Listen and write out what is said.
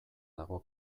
dago